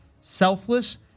selfless